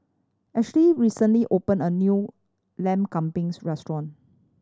Ashlea recently opened a new Lamb Kebabs Restaurant